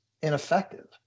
ineffective